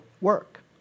work